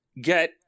get